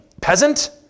peasant